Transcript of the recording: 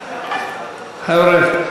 חבר'ה,